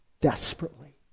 Desperately